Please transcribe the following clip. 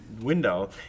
window